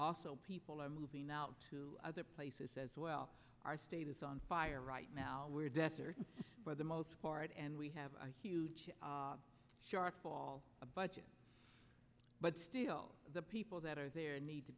also people are moving out to other places as well our state is on fire right now where deaths are for the most part and we have a huge shortfall a budget but still the people that are there need to